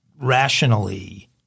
Rationally